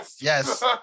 Yes